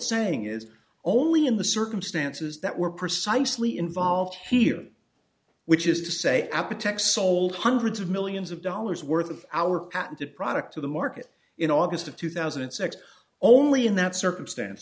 saying is only in the circumstances that we're precisely involved here which is to say at protect sold hundreds of millions of dollars worth of our patented product to the market in august of two thousand and six only in that circumstance